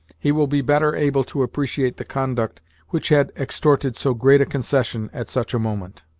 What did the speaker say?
he will be better able to appreciate the conduct which had extorted so great a concession at such a moment.